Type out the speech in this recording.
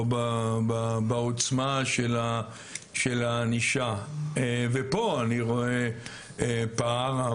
או בעוצמה של הענישה ופה אני רואה פער,